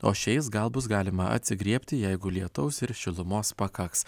o šiais gal bus galima atsigriebti jeigu lietaus ir šilumos pakaks